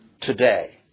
today